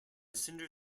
cinder